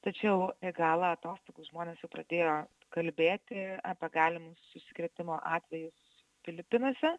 tačiau į galą atostogų žmonės jau pradėjo kalbėti apie galimus užsikrėtimo atvejus filipinuose